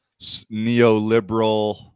neoliberal